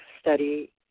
study